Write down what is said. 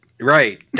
right